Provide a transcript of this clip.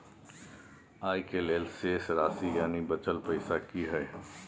आय के लेल शेष राशि यानि बचल पैसा की हय?